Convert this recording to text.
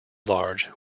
large